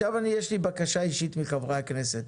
עכשיו יש לי בקשה אישית מחברי הכנסת,